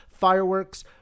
Fireworks